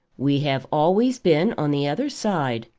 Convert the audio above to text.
we have always been on the other side,